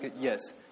Yes